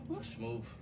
Smooth